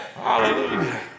Hallelujah